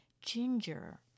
ginger